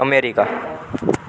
America